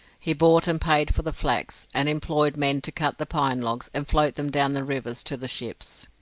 he bought and paid for the flax, and employed men to cut the pine logs and float them down the rivers to the ships.